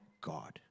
God